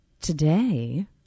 today